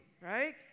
right